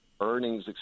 earnings